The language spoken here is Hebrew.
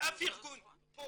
אף ארגון פה,